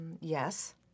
Yes